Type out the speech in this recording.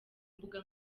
mbuga